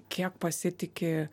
kiek pasitiki